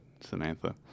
Samantha